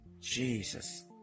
Jesus